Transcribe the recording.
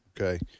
Okay